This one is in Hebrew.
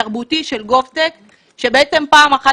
תרבותי של gov.tech שבעצם פעם אחת,